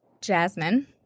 Jasmine